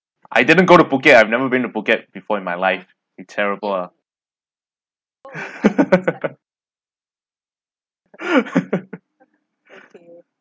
I didn't go to phuket I've never been to phuket before in my life it terrible ah